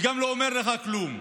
והוא גם לא אומר לך כלום.